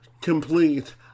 complete